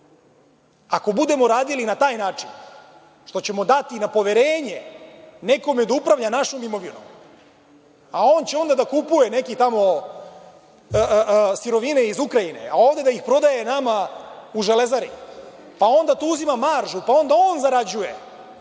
Ako budemo radili na taj način što ćemo dati na poverenje nekome da upravlja našom imovinom, a on će onda da kupuje neke tamo sirovine iz Ukrajine, a ovde da ih prodaje nama u „Železari“, pa onda tu uzima maržu, pa onda on zarađuje